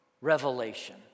revelation